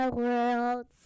world